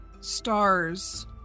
stars